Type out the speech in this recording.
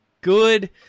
good